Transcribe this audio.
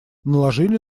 наложили